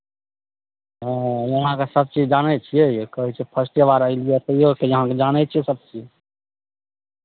हँ वहाँके सभचीज जानै छियै कहै छियै फर्स्टे बार एलियै तैओ अहाँ जानै छियै सभचीज